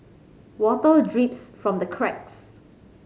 water drips from the cracks